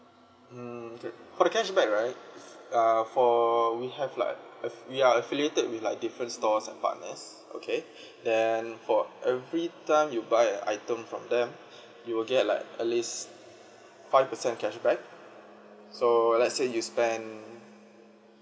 mm okay for the cashback right err for we have like af~ we are affiliated with like different stores and partners okay then for every time you buy a item from them you will get like at least five percent cashback so let's say you spend